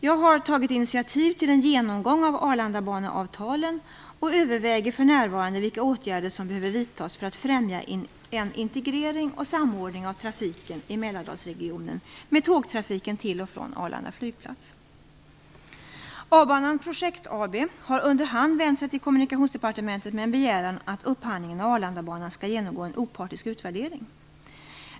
Jag har tagit initiativ till en genomgång av Arlandabaneavtalen och överväger för närvarande vilka åtgärder som behöver vidtas för att främja en integrering och samordning av trafiken i A-Banan Projekt AB har underhand vänt sig till Kommunikationsdepartementet med en begäran att upphandlingen av Arlandabanan skall genomgå en opartisk utvärdering.